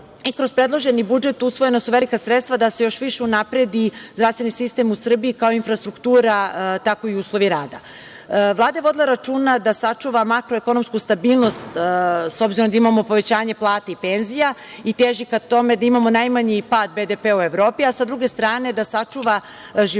kroz predloženi budžet usvojena su velika sredstva da se još više unapredi zdravstveni sistem u Srbiji, kao infrastruktura, tako i uslovi rada. Vlada je vodila računa da sačuva makroekonomsku stabilnost, s obzirom da imamo povećanje plata i penzija i teži ka tome da imamo najmanji pad BDP u Evropi, a sa druge strane da sačuva živote